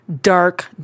dark